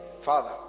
father